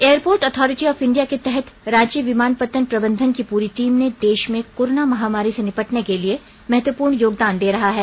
airport authority of India के तहत रांची विमानपत्तन प्रबंधन की पूरी टीम ने देश में कोरोना महामारी से निपटने के लिए महत्वपूर्ण योगदान दे रहा है